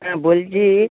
হ্যাঁ বলছি